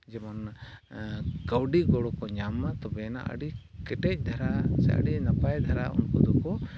ᱠᱟᱹᱣᱰᱤ ᱜᱚᱲᱚ ᱠᱚ ᱧᱟᱢ ᱢᱟ ᱛᱚᱵᱮᱭᱮᱱᱟ ᱟᱹᱰᱤ ᱠᱚᱴᱚᱡᱽ ᱫᱷᱟᱨᱟ ᱥᱮ ᱟᱹᱰᱤ ᱱᱟᱯᱟᱭ ᱫᱷᱟᱨᱟ ᱩᱱᱠᱩ ᱫᱚᱠᱚ